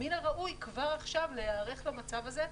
מן הראוי כבר עכשיו להיערך למצב הזה,